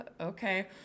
okay